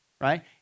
right